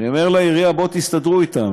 אני אומר לעירייה: בואו, תסתדרו אתם.